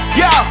yo